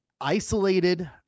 isolated